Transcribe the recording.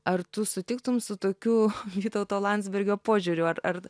ar tu sutiktum su tokiu vytauto landsbergio požiūriu ar ar